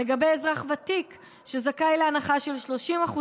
לגבי אזרח ותיק שזכאי להנחה של 30%